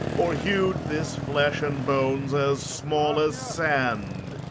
or hew'd this flesh and bones as small as sand,